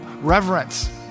Reverence